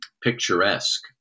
picturesque